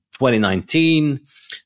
2019